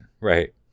right